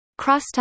Crosstalk